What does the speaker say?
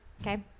okay